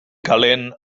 calent